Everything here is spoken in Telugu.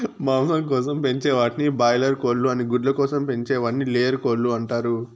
మాంసం కోసం పెంచే వాటిని బాయిలార్ కోళ్ళు అని గుడ్ల కోసం పెంచే వాటిని లేయర్ కోళ్ళు అంటారు